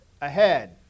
ahead